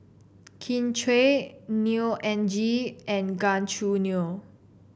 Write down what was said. Kin Chui Neo Anngee and Gan Choo Neo